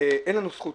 אין לנו זכות